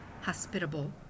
hospitable